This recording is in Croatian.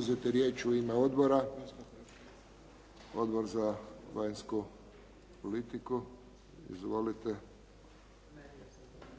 uzeti riječ u ime odbora? Odbor za vanjsku politiku, gospodin